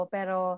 Pero